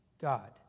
God